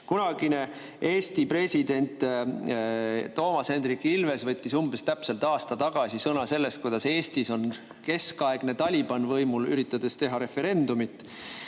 Kunagine Eesti president Toomas Hendrik Ilves võttis umbes-täpselt aasta tagasi sõna, kuidas Eestis on võimul keskaegne Taliban, kes üritab teha referendumit,